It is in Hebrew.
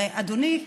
הרי אדוני,